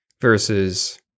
versus